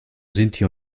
sinti